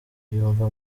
yumva